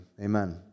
amen